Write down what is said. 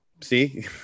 See